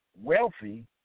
wealthy